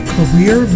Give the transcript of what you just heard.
Career